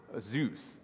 Zeus